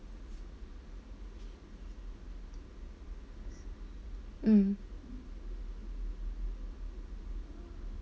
mm